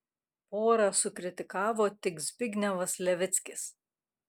porą sukritikavo tik zbignevas levickis